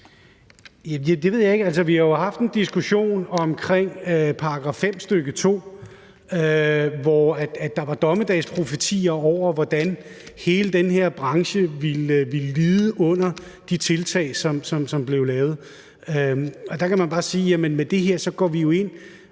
vi har jo haft en diskussion om § 5, stk. 2, hvor der var dommedagsprofetier, med hensyn til hvordan hele den her branche ville lide under de tiltag, som blev lavet. Og der kan man bare sige, at med det her går vi jo ind